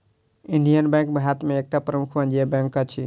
Indian Bank Bharat में एकटा प्रमुख वाणिज्य बैंक अछि